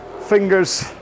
fingers